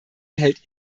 hält